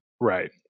Right